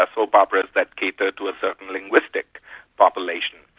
ah soap operas that cater to a certain linguistic population.